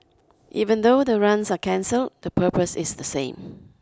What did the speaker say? even though the runs are cancel the purpose is the same